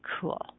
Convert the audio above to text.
Cool